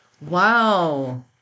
Wow